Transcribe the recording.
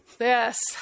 Yes